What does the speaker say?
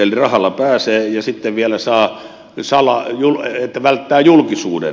eli rahalla pääsee ja sitten vielä välttää julkisuuden